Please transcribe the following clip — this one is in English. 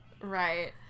Right